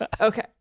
Okay